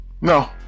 No